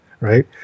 right